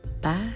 Bye